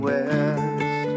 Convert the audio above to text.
West